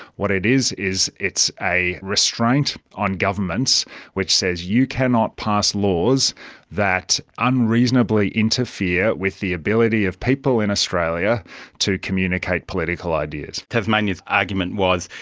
what it is, it's a restraint on government which says you cannot pass laws that unreasonably interfere with the ability of people in australia to communicate political ideas. tasmania's argument was,